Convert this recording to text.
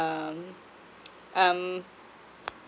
um um